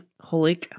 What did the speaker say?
holy